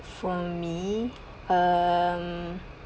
for me um